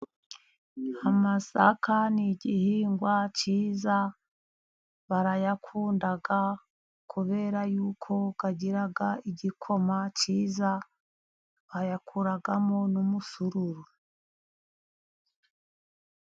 Amasaka ni igihingwa cyiza, barayakunda kubera yuko agira igikoma cyiza. Bayakuramo n'umusururu.